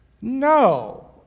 No